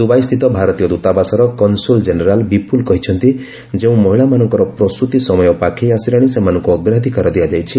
Dubai ସ୍ଥିତ ଭାରତୀୟ ଦୃତାବାସର କନସୁଲ୍ ଜେନେରାଲ୍ ବିପୁଲ କହିଛନ୍ତି ଯେଉଁ ମହିଳାମାନଙ୍କର ପ୍ରସ୍ତୀ ସମୟ ପାଖେଇ ଆସିଲାଣି ସେମାନଙ୍କୁ ଅଗ୍ରାଧିକାର ଦିଆଯାଇଛି